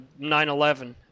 9-11